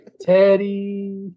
Teddy